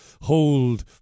hold